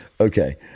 okay